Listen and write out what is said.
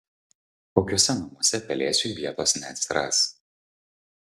kokiuose namuose pelėsiui vietos neatsiras